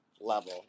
level